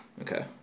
Okay